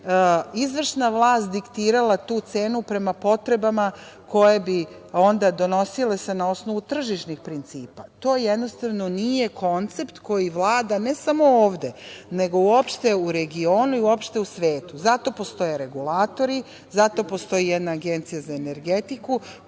izvršna vlast diktirala tu cenu prema potrebama koje bi onda donosile se na osnovu tržišnih principa. To jednostavno nije koncept koji vlada ne samo ovde, nego uopšte u regionu i uopšte u svetu. Zato postoje regulatori, zato postoji jedna Agencija za energetiku